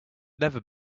never